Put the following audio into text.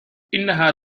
إنها